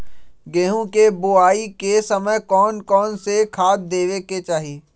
गेंहू के बोआई के समय कौन कौन से खाद देवे के चाही?